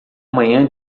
manhã